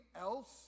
else